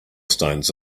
stones